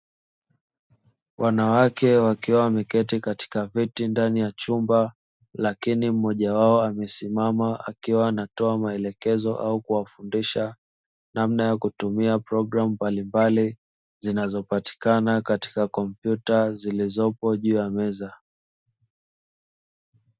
Wanawake wakiwa wameketi katika katika viti ndani ya chumba, lakini mmoja wao akiwa amesisima akiwa anatoa maelekezo au kuwafundisha, namna ya kutumia programu mbalimbali zinazopatikana katika kompyuta zilizopo juu ya meza.